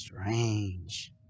Strange